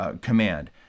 command